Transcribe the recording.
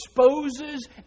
exposes